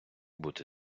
бути